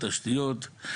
תשתיות,